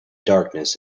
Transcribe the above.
darkness